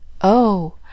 Oh